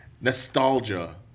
nostalgia